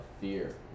fear